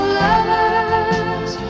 lovers